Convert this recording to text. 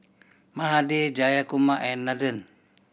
Mahade Jayakumar and Nathan